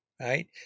right